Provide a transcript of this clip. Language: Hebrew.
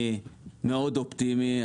אני אופטימי מאוד,